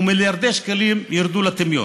ומיליארדי שקלים ירדו לטמיון.